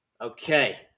Okay